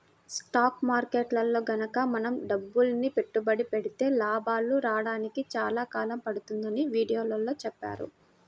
stock మార్కెట్టులో గనక మనం డబ్బులని పెట్టుబడి పెడితే లాభాలు రాడానికి చాలా కాలం పడుతుందని వీడియోలో చెప్పారు